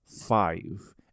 five